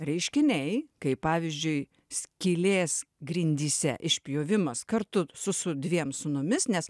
reiškiniai kaip pavyzdžiui skylės grindyse išpjovimas kartu su su dviem sūnumis nes